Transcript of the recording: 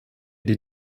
die